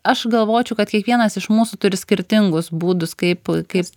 aš galvočiau kad kiekvienas iš mūsų turi skirtingus būdus kaip a kaip